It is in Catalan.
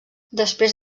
després